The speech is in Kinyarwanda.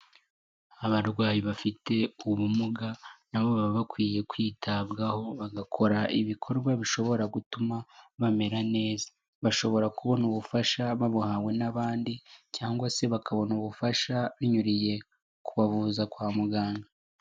Abarwayi bafite ubumuga nabo baba bakwiye kwitabwaho bagakora ibikorwa bishobora gutuma bamera neza, bashobora kubona ubufasha babuhawe n'abandi cyangwa se bakabona ubufasha binyuriye kubavuza kwa muganga.